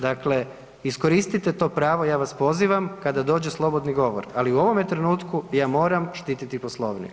Dakle, iskoristite to pravo ja vas pozivam kada dođe slobodni govor, ali u ovome trenutku ja moram štititi Poslovnik.